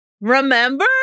Remember